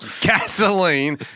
Gasoline